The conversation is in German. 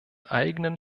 eigenen